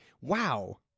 wow